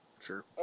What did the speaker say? Sure